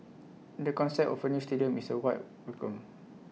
the concept of A new stadium is A white welcome